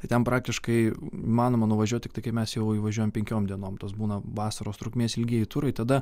tai ten praktiškai įmanoma nuvažiuoti tiktai kai mes jau įvažiuojam penkiom dienom tas būna vasaros trukmės ilgieji turai tada